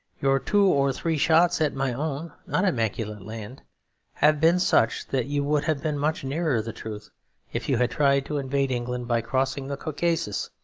your two or three shots at my own not immaculate land have been such that you would have been much nearer the truth if you had tried to invade england by crossing the caucasus,